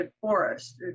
forest